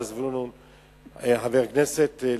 חבר הכנסת אורלב,